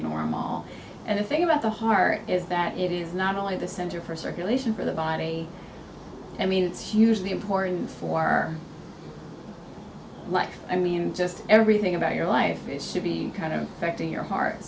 normal and the thing about the heart is that it is not only the center for circulation for the body i mean it's hugely important for life i mean just everything about your life should be kind of directing your heart